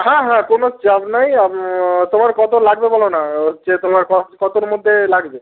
হ্যাঁ হ্যাঁ কোনো চাপ নেই তোমার কতো লাগবে বলো না হচ্ছে তোমার কতোর মধ্যে লাগবে